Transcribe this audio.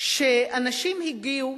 שאנשים הגיעו,